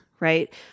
Right